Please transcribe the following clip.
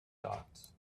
dots